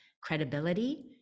credibility